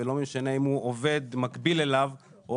ולא משנה אם הוא עובד מקביל אליו או